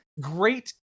Great